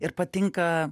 ir patinka